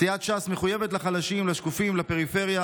סיעת ש"ס מחויבת לחלשים, לשקופים, לפריפריה.